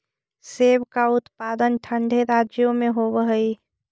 सेब का उत्पादन ठंडे राज्यों में होव हई